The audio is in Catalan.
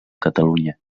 catalunya